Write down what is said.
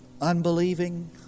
unbelieving